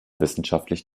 wissenschaftlich